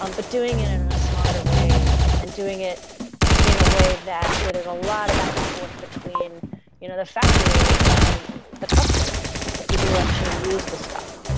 um but doing it in a smarter way and doing it in a way where there is a lot of back and forth between you know the factory and the customers, the people who actually use the stuff